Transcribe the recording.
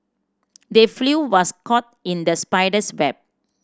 the was caught in the spider's web